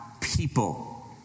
people